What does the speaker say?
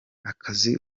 akazi